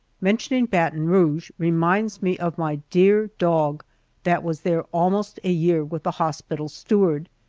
mentioning baton rouge reminds me of my dear dog that was there almost a year with the hospital steward.